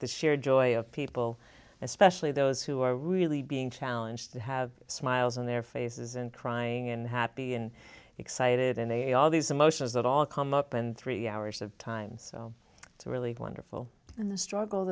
the sheer joy of people especially those who are really being challenged have smiles on their faces and crying and happy and excited and they all these emotions that all come up and three hours of time so it's a really wonderful